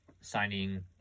signing